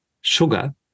sugar